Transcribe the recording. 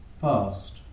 Fast